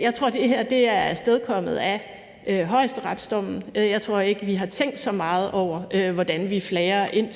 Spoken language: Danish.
Jeg tror, det her er afstedkommet af højesteretsdommen. Jeg tror ikke, vi har tænkt så meget over, hvordan vi flager,